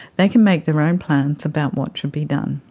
they can make their own plans about what should be done.